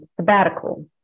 sabbatical